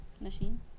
Machine